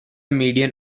median